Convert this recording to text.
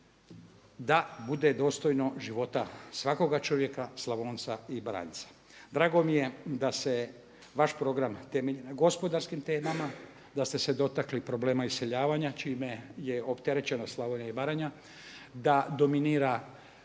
da bude dostojno života svakoga čovjeka Slavonca i Baranjca. Drago mi je da se vaš program temelji na gospodarskim temama, da ste se dotakli problema iseljavanja čime je opterećena Slavonija i Baranja, da dominira